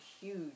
huge